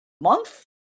month